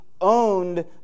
Owned